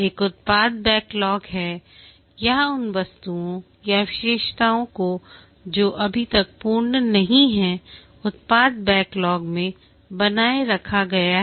एक उत्पाद बैकलॉग है यहां उन वस्तुओं या विशेषताओं को जो अभी तक पूर्ण नहीं हैं उत्पाद बैकलॉग में बनाए रखा गया है